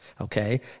Okay